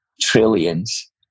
trillions